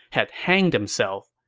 had hanged himself.